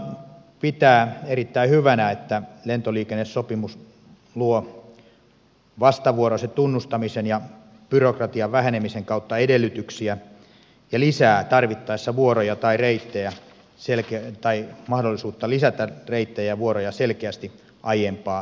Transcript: valiokunta pitää erittäin hyvänä että lentoliikennesopimus luo vastavuoroisen tunnustamisen ja byrokratian vähenemisen kautta edellytyksiä lisätä tarvittaessa vuoroja tai reittejä selkeästi aiempaa helpommin